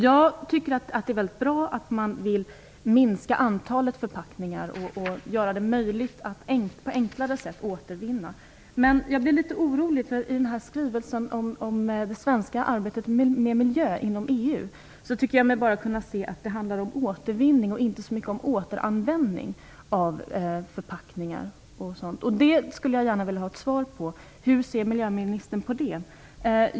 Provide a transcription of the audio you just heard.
Jag tycker att det är bra att man vill minska antalet förpackningar och att man vill göra det möjligt att återvinna på enklare sätt. Men jag blir litet orolig. I tycker jag mig kunna se att det handlar återvinning och inte så mycket om återanvändning av förpackningar. Jag skulle gärna vilja ha ett svar på frågan hur miljöministern ser på detta.